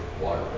water